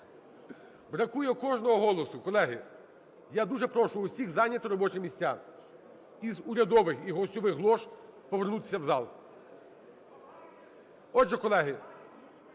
бракує кожного голосу. Колеги, я дуже прошу всіх зайняти робочі місця, із урядових і гостьових лож повернутися в зал. Отже, колеги,